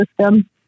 system